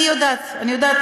אני יודעת.